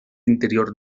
interior